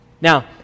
Now